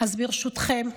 ברשותכם,